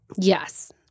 Yes